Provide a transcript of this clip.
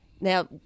Now